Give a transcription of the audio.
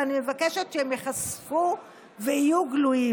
ואני מבקשת שהם ייחשפו ויהיו גלויים.